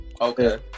Okay